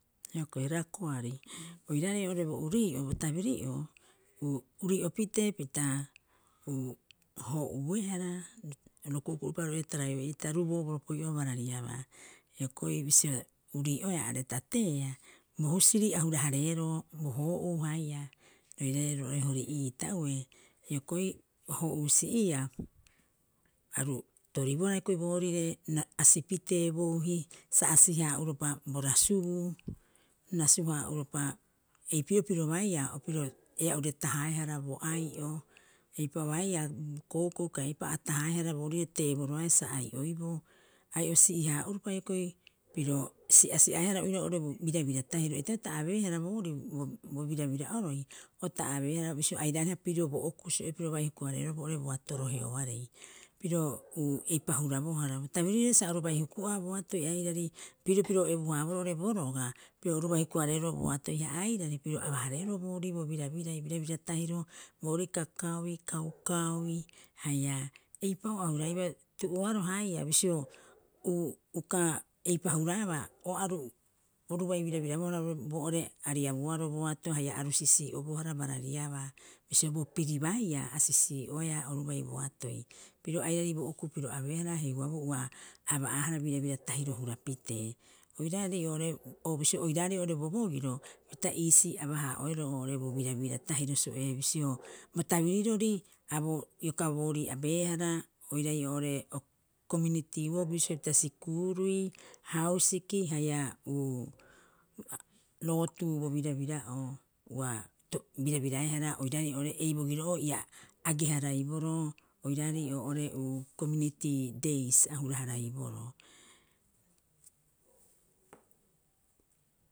Hioko'i raakoari, oiraarei oo'ore bo urii'o bo tabiri'oo, urii'opitee pita hoo'uuihara ro kuku'upa roo'ore Taraio'ee'ita ruuboo bo'opoi'oo barariabaa hioko'i bisio urii'oea are tateea, bo husiri a hura- haareroo bo hoo'uu haia roirair roo'ore Hori'iita ue hiokoi, hoo'uu si'iia aru toribohara hioko'i boorire asi pitee bouhi sa asihaa'upa bo rasubuu, rasuhaa'uropa eipiri'oo piro baiia piro ea'ure tahaehara bo ai'o eipa baiia bo koukou kai eipabaiia a tahaehara boore teeboroaae sa ai'oiboo. Ai'o si'ihaauopaa hioko'i piro si'asi'aehara oira oo'ore birabira tahiro. Eitaro ta abeehara boorii bo birabirra'oroi bisio airaareha pirio bo okuu piro bai huku- hareeroo boo'ore boatoroheoarei piro eipaa hurabohara. Bo tabirirori sa oru bai huku'aa boatoi airarori pirio piro o ebuhaaboroo boroga, oru bai huku- hareeero bo atoi ha airari piro abahareeroo boorii bo birabirai birabira tahiro boorii kakaui kaukaui haia eipa'oo a huraibaa. Tu'uoaroha haia bisio uka eipa'oo huraabaa o aru oru bai birabirabohara boo'ore ariabuuoaro bo ato haia ara u sisii'obohara barariaba bisio bo piri baiia a sisii'oehara oru bai boatoi. Piro airari bo'okuu piro abeehara euaaboo ua aba'aahara birabira tahiro hurapitee. Oiraarei oo'ore bobogiro pita iisii aba- haa'oeroo oo'ore birabira tahiro so ee. Bisio bo tabirirori ioka boorii abeehara oirai oo'ore komiuniti wok, bisio pita sikuurui, hausiki haia rootu bo birabira 'oo ua birabiraehara oiraarei ei bogiro'oo ia age- haraiboroo oiraarei oo'ore komuniti deis a huraharaiaboroo.